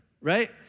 right